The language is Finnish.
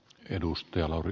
edustaja lauri